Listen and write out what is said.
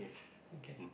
okay